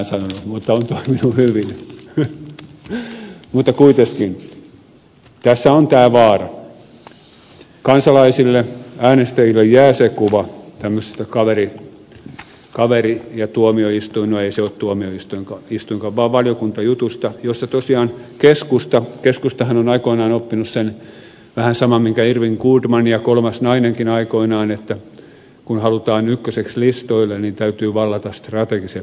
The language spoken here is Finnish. mutta kuitenkin tässä on tämä vaara että kansalaisille äänestäjille jää kuva tämmöisestä kaveri ja tuomioistuin ei sido tuomioistuin kaapiston valiokunta jutusta keskustahan on aikoinaan oppinut vähän sen saman minkä irwin goodman ja kolmas nainenkin aikoinaan että kun halutaan ykköseksi listoille niin täytyy vallata strategiset paikat